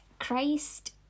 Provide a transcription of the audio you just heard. Christ